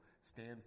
Stand